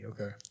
Okay